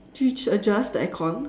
did you adjust the aircon